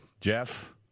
Jeff